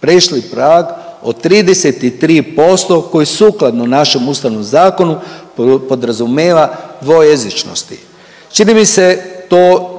prešli prag od 33% koji sukladno našem ustavnom zakonu podrazumeva dvojezičnosti. Čini mi se to